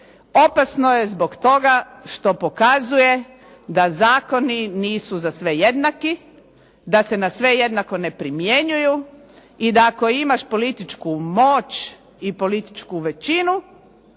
opasno je zbog toga što pokazuje da zakoni nisu za sve jednaki, da se na sve jednako ne primjenjuju i da ako imaš političku moć i političku većinu